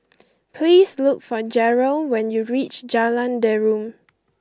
please look for Jerrell when you reach Jalan Derum